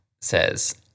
says